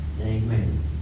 Amen